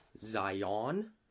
Zion